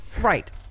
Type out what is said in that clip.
right